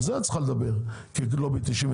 על זה את צריכה לדבר כלובי 99,